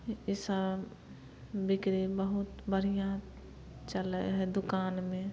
इसब बिक्री बहुत बढ़िऑं चलै हइ दुकानमे